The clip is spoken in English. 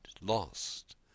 lost